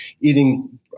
eating